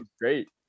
great